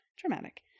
dramatic